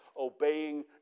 obeying